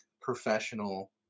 professional